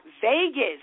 Vegas